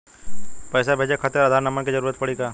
पैसे भेजे खातिर आधार नंबर के जरूरत पड़ी का?